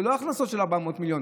זה לא הכנסות של 400 מיליון.